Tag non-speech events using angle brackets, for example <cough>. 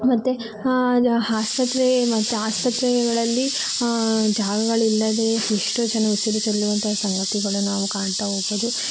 ಮತ್ತೆ ಆಸ್ಪತ್ರೆ ಮತ್ತೆ ಆಸ್ಪತ್ರೆಗಳಲ್ಲಿ ಜಾಗಗಳಿಲ್ಲದೇ ಎಷ್ಟೋ ಜನರು <unintelligible> ಸಂಗತಿಗಳು ನಾವು ಕಾಣ್ತಾ ಹೋಗಬಹುದು